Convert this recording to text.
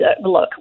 look